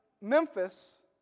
Memphis